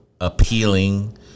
Appealing